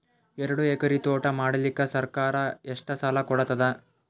ಎರಡು ಎಕರಿ ತೋಟ ಮಾಡಲಿಕ್ಕ ಸರ್ಕಾರ ಎಷ್ಟ ಸಾಲ ಕೊಡತದ?